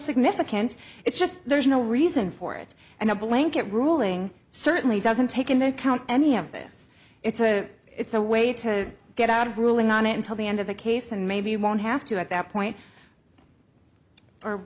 significant it's just there's no reason for it and a blanket ruling certainly doesn't take into account any of this it's a it's a way to get out of ruling on it until the end of the case and maybe you won't have to at that point or